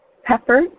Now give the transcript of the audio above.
pepper